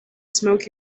smoke